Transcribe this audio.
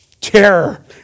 terror